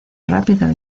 rápido